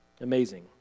Amazing